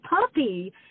puppy